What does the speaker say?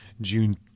June